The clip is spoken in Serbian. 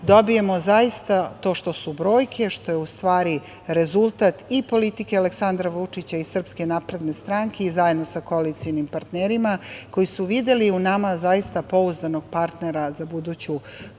dobijemo zaista to što su brojke, što je u stvari rezultat i politike Aleksandra Vučića i Srpske napredne stranke i zajedno sa koalicionim partnerima koji su videli u nama, zaista pouzdanog partnera za buduću politiku